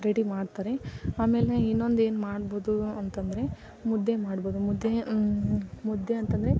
ready ಮಾಡ್ತಾರೆ ಆಮೇಲೆ ಇನ್ನೊಂದೇನ್ಮಾಡ್ಬೋದು ಅಂತ ಅಂದ್ರೆ ಮುದ್ದೆ ಮಾಡ್ಬೋದು ಮುದ್ದೆ ಮುದ್ದೆ ಅಂತ ಅಂದ್ರೆ